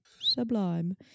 sublime